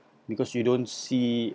because you don't see